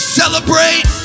celebrate